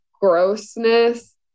grossness